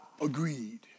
agreed